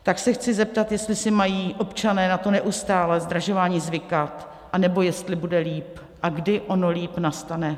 Tak se chci zeptat, jestli si mají občané na to neustálé zdražování zvykat, anebo jestli bude líp, a kdy ono líp nastane.